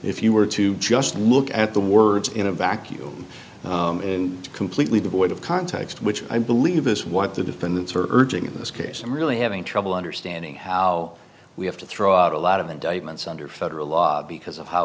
you were to just look at the words in a vacuum and completely devoid of context which i believe is what the defendants are urging in this case i'm really having trouble understanding how we have to throw out a lot of indictments under federal law because of how